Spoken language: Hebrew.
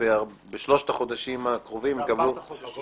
שבשלושת החודשים הקרובים --- בארבעת החודשים.